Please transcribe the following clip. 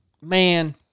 man